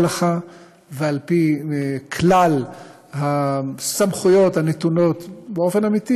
ההלכה ועל פי כלל הסמכויות הנתונות באופן אמיתי,